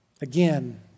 Again